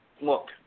look –